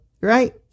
right